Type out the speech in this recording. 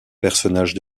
personnage